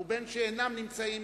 ובין שאינם נמצאים,